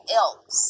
else